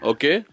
Okay